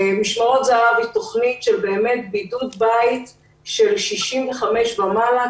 "משמרות זהב" היא תוכנית של בידוד בית של בני 65 ומעלה,